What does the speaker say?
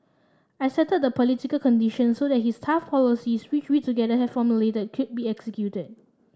I settled the political conditions so that his tough policies which we together had formulated could be executed